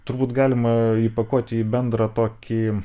turbūt galima įpakuoti į bendrą tokį